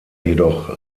jedoch